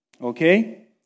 Okay